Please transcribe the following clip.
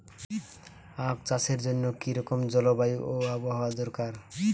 আখ চাষের জন্য কি রকম জলবায়ু ও আবহাওয়া দরকার?